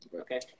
Okay